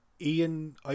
Ian